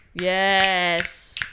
Yes